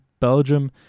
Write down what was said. belgium